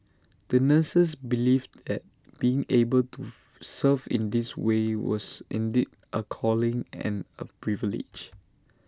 the nurses believed that being able to serve in this way was indeed A calling and A privilege